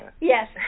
Yes